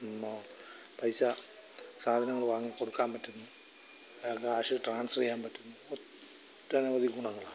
ഇന്ന് പൈസ സാധനങ്ങൾ വാങ്ങി കൊടുക്കാൻ പറ്റുന്നു ക്യാഷ് ട്രാൻസ്ഫർ ചെയ്യാൻ പറ്റുന്നു ഒട്ടനവധി ഗുണങ്ങളാണ്